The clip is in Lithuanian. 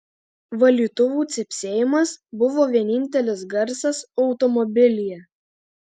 valytuvų cypsėjimas buvo vienintelis garsas automobilyje